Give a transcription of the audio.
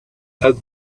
and